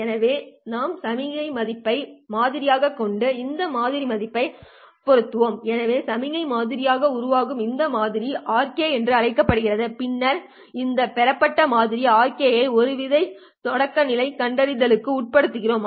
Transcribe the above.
எனவே நாம் சமிக்ஞை மதிப்பை மாதிரியாகக் கொண்டு இந்த மாதிரி மதிப்பைப் பொருத்துவோம் எனவே சமிக்ஞை மாதிரியை உருவாக்கும் இந்த மாதிரியை நாம் Rk என்று அழைப்போம் பின்னர் இந்த பெறப்பட்ட மாதிரிகள் Rk ஐ ஒரு வித தொடக்கநிலை கண்டறிதலுக்கு உட்படுத்துகிறோம்